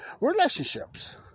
Relationships